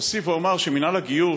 אוסיף ואומר שמינהל הגיור,